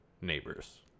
neighbors